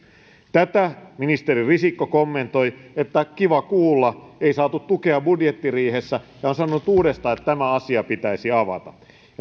tätä ministeri risikko kommentoi että kiva kuulla ei saatu tukea budjettiriihessä ja hän on sanonut uudestaan että tämä asia pitäisi avata